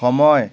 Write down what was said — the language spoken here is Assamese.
সময়